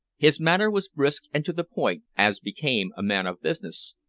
his manner was brisk and to the point, as became a man of business,